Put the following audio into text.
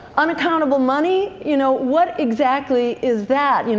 unaccountable money? you know what exactly is that? you know